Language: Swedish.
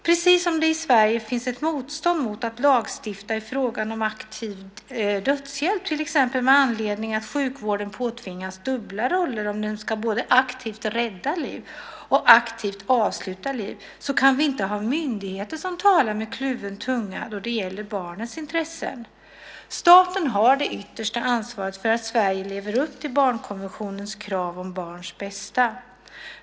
Precis som det i Sverige finns ett motstånd mot att lagstifta i frågan om aktiv dödshjälp, till exempel med anledning av att sjukvården påtvingas dubbla roller om den ska både aktivt rädda och aktivt avsluta liv, kan vi inte ha myndigheter som talar med kluven tunga då det gäller barnets intressen. Staten har det yttersta ansvaret för att Sverige lever upp till barnkonventionens krav om barnets bästa.